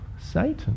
satan